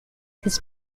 his